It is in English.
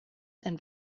and